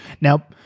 Now